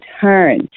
turn